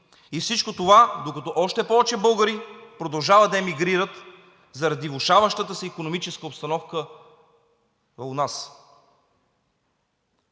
И всичко това, докато още повече българи продължават да емигрират заради влошаващата се икономическа обстановка у нас.